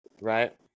right